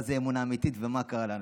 מה זה אמונה אמיתית ומה קרה לאנשים,